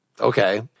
Okay